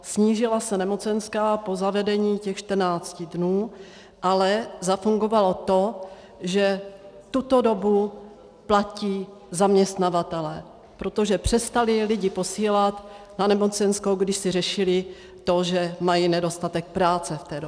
Snížila se nemocenská po zavedeních těch 14 dnů, ale zafungovalo to, že tuto dobu platí zaměstnavatelé, protože přestali lidi posílat na nemocenskou, když si řešili to, že mají nedostatek práce v té době.